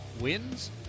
Wins